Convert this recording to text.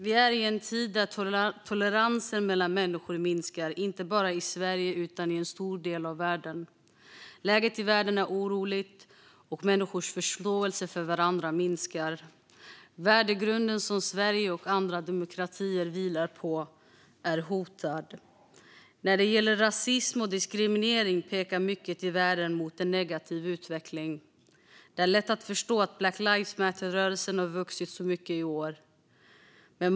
Vi lever i en tid där toleransen mellan människor minskar, inte bara i Sverige utan i en stor del av världen. Läget i världen är oroligt, och människors förståelse för varandra minskar. Värdegrunden som Sverige och andra demokratier vilar på är hotad. När det gäller rasism och diskriminering pekar mycket i världen mot en negativ utveckling. Det är lätt att förstå att Black lives matter-rörelsen har vuxit så mycket i år.